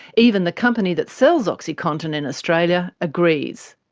even the company that sells oxycontin in australia agrees.